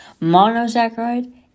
monosaccharide